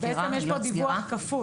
עילות סגירה?